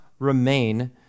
remain